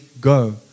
Go